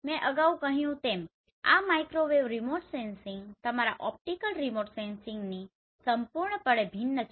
મેં અગાઉ કહ્યું તેમ આ માઇક્રોવેવ રિમોટ સેન્સિંગ તમારા ઓપ્ટિકલ રિમોટ સેન્સિંગથી સંપૂર્ણપણે ભિન્ન છે